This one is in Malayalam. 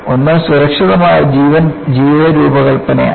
ഒന്ന് സുരക്ഷിതമായ ജീവിത രൂപകൽപ്പനയാണ്